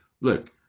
look